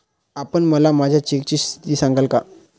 आपण मला माझ्या चेकची स्थिती सांगाल का?